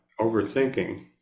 overthinking